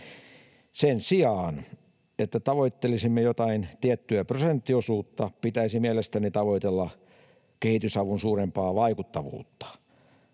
Sen sijaan, että tavoittelisimme jotain tiettyä prosenttiosuutta, pitäisi mielestäni tavoitella kehitysavun suurempaa vaikuttavuutta.